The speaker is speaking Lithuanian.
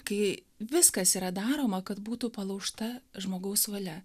kai viskas yra daroma kad būtų palaužta žmogaus valia